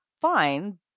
fine